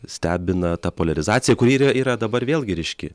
stebina ta poliarizacija kuri yra yra dabar vėlgi ryški